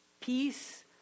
peace